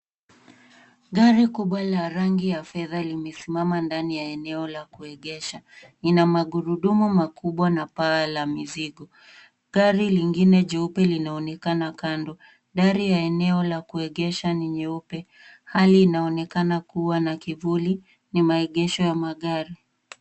Gari kubwa la rangi ya fedha limesimama ndani ya eneo ya kuegesha. Lina magurudumu makubwa na paa la mizigo. Gari lingine jeupe linaonekana kando. Ndani ya eneo la kuegesha ni nyeupe. Hali inaonekana kuwa na kivuli. Ni maegesho ya magari.